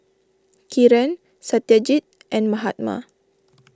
Kiran Satyajit and Mahatma